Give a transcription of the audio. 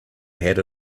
had